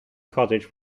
cottage